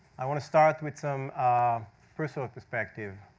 i want to start with some personal perspective.